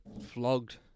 flogged